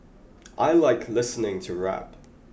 I like listening to rap